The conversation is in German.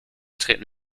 treten